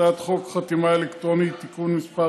הצעת חוק חתימה אלקטרונית (תיקון מס'